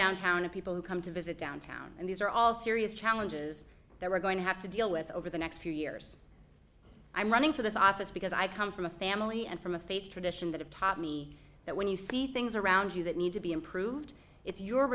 downtown and people who come to visit downtown and these are all serious challenges that we're going to have to deal with over the next few years i'm running for this office because i come from a family and from a faith tradition that have taught me that when you see things around you that need to be improved it's your